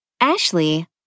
Ashley